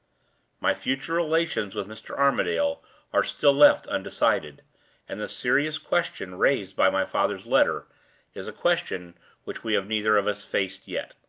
my future relations with mr. armadale are still left undecided and the serious question raised by my father's letter is a question which we have neither of us faced yet.